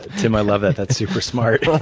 tim, i love that. that's super smart.